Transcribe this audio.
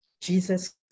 Jesus